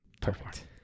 perfect